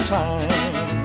time